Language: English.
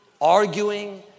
arguing